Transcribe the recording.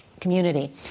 community